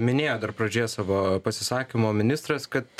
minėjo dar pradžioje savo pasisakymo ministras kad